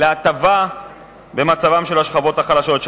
ממנו להטבה במצבן של השכבות החלשות,